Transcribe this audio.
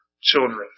children